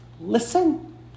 listen